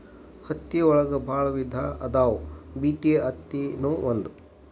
ಹತ್ತಿ ಒಳಗ ಬಾಳ ವಿಧಾ ಅದಾವ ಬಿಟಿ ಅತ್ತಿ ನು ಒಂದ